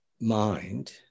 mind